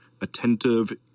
attentive